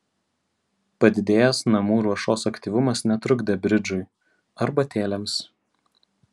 padidėjęs namų ruošos aktyvumas netrukdė bridžui arbatėlėms